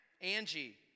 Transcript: Angie